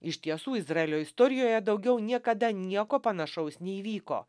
iš tiesų izraelio istorijoje daugiau niekada nieko panašaus neįvyko